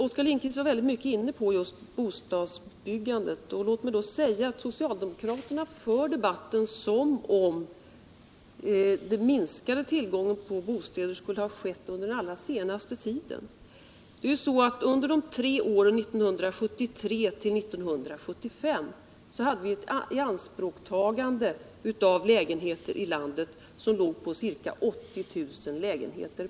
Oskar Lindkvist var väldigt mycket inne på just bostadsbyggandet. Låt mig då säga att socialdemokraterna för debatten som om minskningen av tillgången på bostäder skulle ha skett under den allra senaste tiden. Under de tre åren 1973-1975 låg ianspråk tagandet av lägenheter ilandet på ca 80 000 per år.